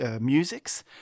musics